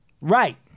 Right